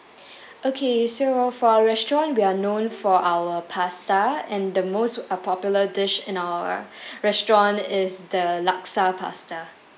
okay so for our restaurant we are known for our pasta and the most uh popular dish in our restaurant is the laksa pasta